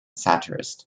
satirist